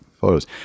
photos